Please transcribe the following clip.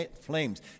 flames